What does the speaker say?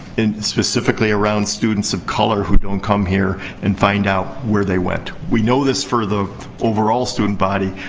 and specifically around students of color who don't come here and find out where they went. we know this for the overall student body.